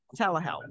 telehealth